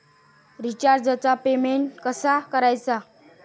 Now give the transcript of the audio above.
रिचार्जचा पेमेंट कसा करायचा?